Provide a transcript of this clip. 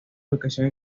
educación